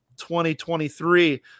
2023